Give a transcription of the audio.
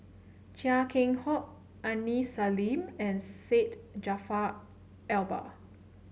Chia Keng Hock Aini Salim and Syed Jaafar Albar